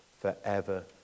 forever